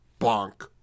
bonk